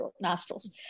nostrils